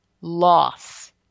loss